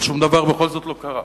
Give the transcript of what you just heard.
אבל שום דבר בכל זאת לא קרה.